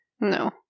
No